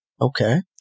Okay